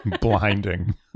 Blinding